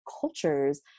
cultures